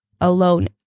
alone